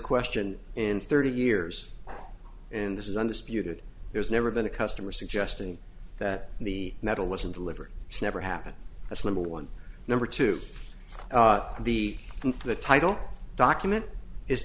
question in thirty years in this is under spewed there's never been a customer suggesting that the metal wasn't delivered it's never happened that's number one number two be the title document is